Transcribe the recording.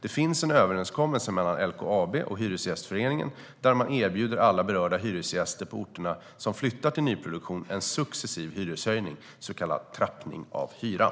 Det finns en överenskommelse mellan LKAB och Hyresgästföreningen där man erbjuder alla berörda hyresgäster på orterna som flyttar till nyproduktion en successiv hyreshöjning, så kallad trappning av hyran.